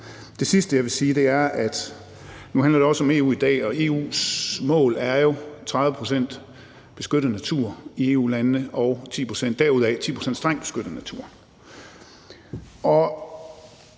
Det sidste, jeg vil sige, er, at det nu i dag også handler om EU, og at EU's mål jo er 30 pct. beskyttet natur i EU-landene og derudaf 10 pct. strengt beskyttet natur,